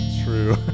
true